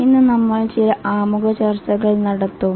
ഇന്ന് നമ്മൾ ചില ആമുഖ ചർച്ചകൾ നടത്തും